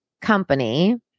company